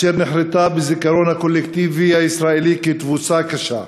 אשר נחרתה בזיכרון הקולקטיבי הישראלי כתבוסה קשה,